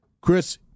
Chris